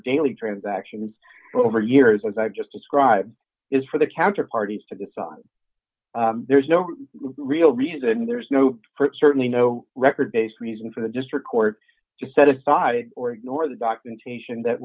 daily transactions over years as i've just described is for the counter parties to decide there's no real reason there's no certainly no record based reason for the district court to set aside or ignore the documentation that